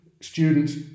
students